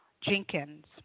Jenkins